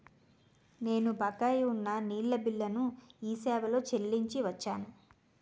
నేను బకాయి ఉన్న నీళ్ళ బిల్లును ఈ సేవాలో చెల్లించి వచ్చాను